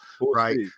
right